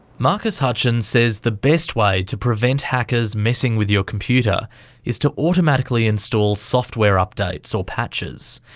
marcus hutchins says the best way to prevent hackers messing with your computer is to automatically install software updates or patches.